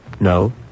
No